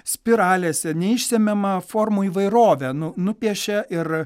spiralėse neišsemiamą formų įvairovę nu nupiešė ir